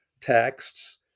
texts